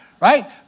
right